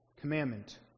commandment